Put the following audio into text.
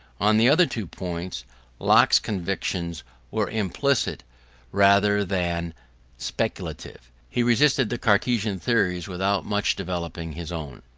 on the other two points locke's convictions were implicit rather than speculative he resisted the cartesian theories without much developing his own,